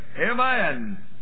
Amen